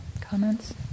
comments